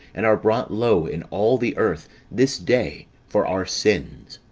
and are brought low in all the earth this day for our sins.